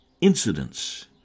incidents